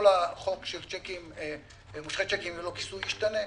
החוק של מושכי צ'קים ללא כיסוי ישתנה,